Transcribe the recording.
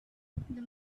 the